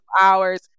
hours